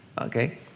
okay